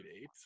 eight